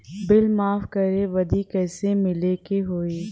Bill माफ करे बदी कैसे मिले के होई?